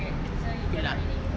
okay lah